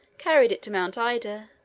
carried it to mount ida,